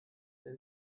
der